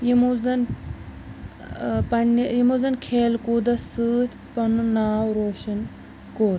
یِمو زن پَنِنہِ یِمو زن کھیل کوٗدس سۭتۍ پَنُن ناو روشَن کوٚر